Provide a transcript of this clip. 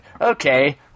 Okay